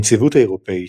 הנציבות האירופית,